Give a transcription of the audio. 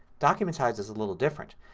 document size is a little different.